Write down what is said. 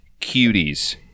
Cuties